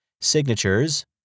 Signatures –